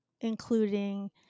including